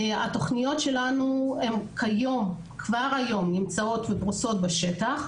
כבר היום התוכניות שלנו נמצאות ופרוסות בשטח.